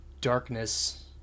darkness